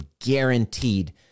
guaranteed